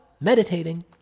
meditating